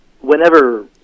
Whenever